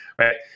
right